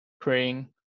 praying